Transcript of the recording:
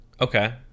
okay